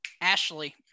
Ashley